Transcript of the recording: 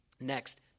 next